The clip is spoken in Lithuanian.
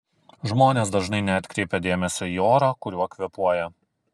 žmonės dažnai neatkreipia dėmesio į orą kuriuo kvėpuoja